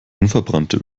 unverbrannte